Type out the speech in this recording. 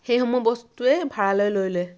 সেইসমূহ বস্তুৱেই ভাড়ালে লৈ লয়